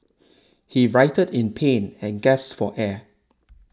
he writhed in pain and gasped for air